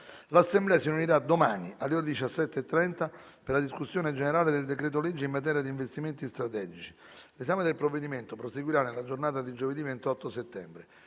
L’Assemblea si riunirà domani, alle ore 17,30, per la discussione generale del decreto-legge in materia di investimenti strategici. L’esame del provvedimento proseguirà nella giornata di giovedì 28 settembre.